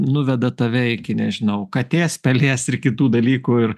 nuveda tave iki nežinau katės pelės ir kitų dalykų ir